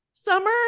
summer